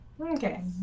Okay